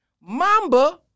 Mamba